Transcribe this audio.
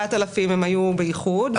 4,000 היו באיחוד.